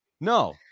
No